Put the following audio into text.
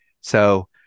So-